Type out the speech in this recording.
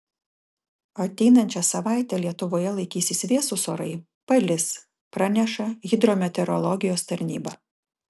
ateinančią savaitę lietuvoje laikysis vėsūs orai palis praneša hidrometeorologijos tarnyba